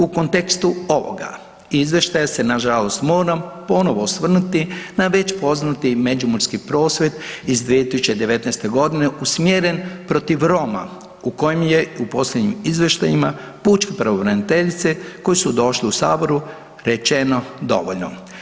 U kontekstu ovoga izvještaja se nažalost moram ponovo osvrnuti na već poznati Međimurski prosvjed iz 2019. godine usmjeren protiv Roma u kojem je u posljednjim izvještajima pučke pravobraniteljice koji su došli u saboru rečeno dovoljno.